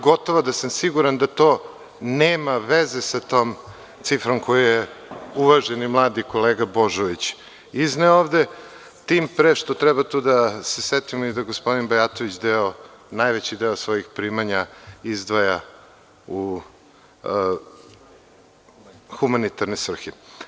Gotovo da sam siguran da to nema veze sa tom cifrom koju je uvaženi mladi kolega Božović izneo ovde, tim pre što treba tu da se setimo da gospodin Bajatović najveći deo svojih primanja izdvaja u humanitarne svrhe.